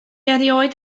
erioed